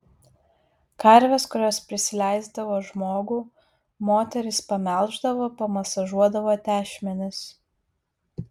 karves kurios prisileisdavo žmogų moterys pamelždavo pamasažuodavo tešmenis